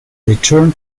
return